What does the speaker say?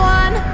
one